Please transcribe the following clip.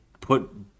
put